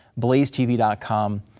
blazetv.com